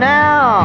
now